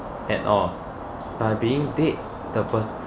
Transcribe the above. at all by being dead the per~